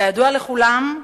כידוע לכולם,